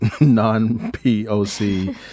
non-poc